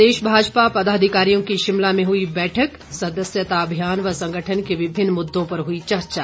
प्रदेश भाजपा पदाधिकारियों की शिमला में हुई बैठक सदस्यता अभियान व संगठन के विभिन्न मुद्दों पर हुई चर्चा